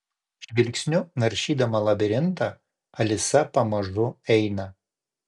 žvilgsniu naršydama labirintą alisa pamažu eina